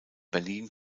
berlin